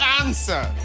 answer